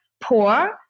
poor